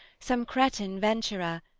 some cretan venturer,